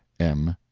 m.